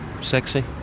sexy